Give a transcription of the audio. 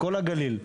בכל הגליל.